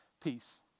Peace